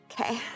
Okay